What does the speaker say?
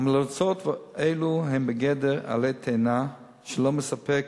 המלצות אלו הן בגדר עלה תאנה, שלא מספק